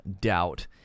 Doubt